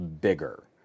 bigger